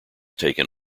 taken